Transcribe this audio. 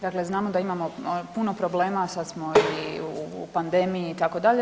Dakle znamo da imamo puno problema, sada smo i u pandemiji itd.